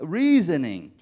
reasoning